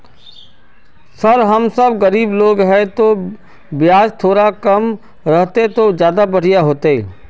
sir हम सब गरीब लोग है तो बियाज थोड़ा कम रहते तो ज्यदा बढ़िया होते